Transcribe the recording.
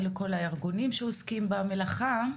ולכל הארגונים שעוסקים במלאכה,